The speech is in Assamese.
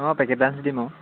অঁ পেকেট লাঞ্চ দিম আৰু